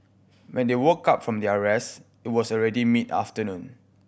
when they woke up from their rest it was already mid afternoon